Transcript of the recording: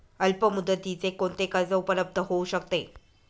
अल्पमुदतीचे कोणते कर्ज उपलब्ध होऊ शकते?